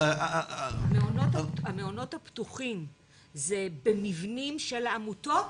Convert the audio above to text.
המעונות הפתוחים זה במבנים של העמותות?